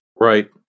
Right